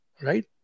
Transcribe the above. right